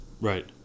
Right